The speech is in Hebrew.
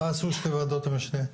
מה עשו שתי ועדות המשנה?